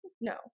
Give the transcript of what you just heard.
No